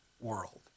world